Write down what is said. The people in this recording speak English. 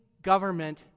government